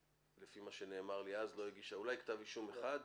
לפי מה שנאמר לי אז המשטרה לא הגישה אפילו כתב אישום אחד.